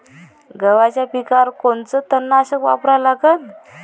गव्हाच्या पिकावर कोनचं तननाशक वापरा लागन?